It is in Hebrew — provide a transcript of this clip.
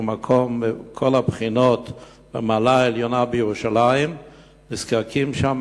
שהוא מקום מהמעלה העליונה בירושלים מכל הבחינות,